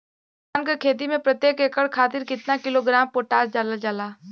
धान क खेती में प्रत्येक एकड़ खातिर कितना किलोग्राम पोटाश डालल जाला?